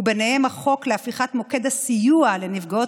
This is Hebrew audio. ובהם החוק להפיכת מוקד הסיוע לנפגעות